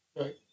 Right